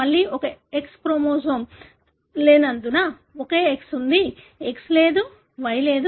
మళ్ళీ ఒక sex chromosome లేనందున ఒకే X ఉంది X లేదా Y లేదు